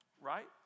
right